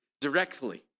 directly